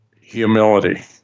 Humility